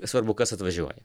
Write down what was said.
svarbu kas atvažiuoja